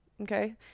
Okay